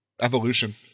Evolution